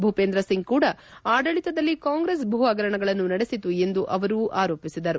ಭೂಷೇಂದ್ರ ಸಿಂಗ್ ಕೂಡ ಆಡಳತದಲ್ಲಿ ಕಾಂಗ್ರೆಸ್ ಭೂ ಹಗರಣಗಳನ್ನು ನಡೆಸಿತು ಎಂದು ಅವರು ಆರೋಪಿಸಿದರು